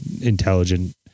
intelligent